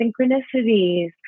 synchronicities